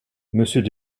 monsieur